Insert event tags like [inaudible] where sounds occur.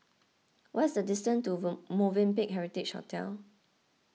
what is the distance to [hesitation] Movenpick Heritage Hotel